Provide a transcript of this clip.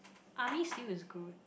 army stew is good